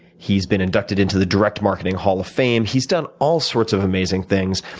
he's been inducted into the direct marketing hall of fame. he's done all sorts of amazing things.